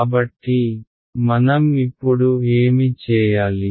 కాబట్టి మనం ఇప్పుడు ఏమి చేయాలి